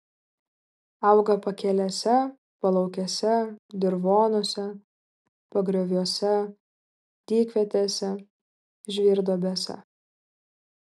auga pakelėse palaukėse dirvonuose pagrioviuose dykvietėse žvyrduobėse